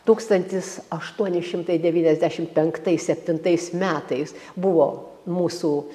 tūkstantis aštuoni šimtai devyniasdešim penktais septintais metais buvo mūsų